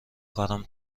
کارم